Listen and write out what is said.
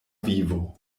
vivo